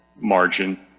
margin